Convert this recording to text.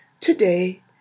Today